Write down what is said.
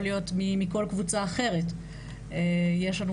אני יכולה להגיד שגם במקרים שבהם יש חשודים,